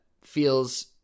feels